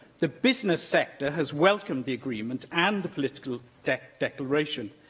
the business sector has welcomed the agreement and the political declaration.